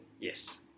Yes